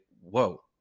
whoa